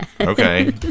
Okay